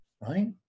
right